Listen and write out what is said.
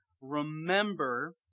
Remember